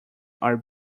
are